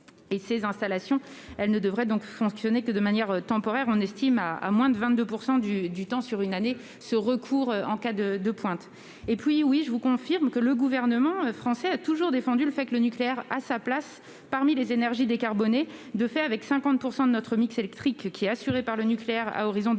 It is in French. que ces installations ne devraient fonctionner que de manière temporaire. On estime à moins de 22 % du temps sur une année ce recours en cas de pointe. Je vous confirme que le gouvernement français a toujours défendu le fait que le nucléaire avait sa place parmi les énergies décarbonées. De fait, avec 50 % de notre mix électrique assuré par le nucléaire à horizon 2035,